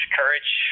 courage